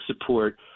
support